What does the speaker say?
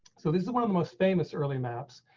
so this is one of the most famous early maps.